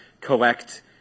collect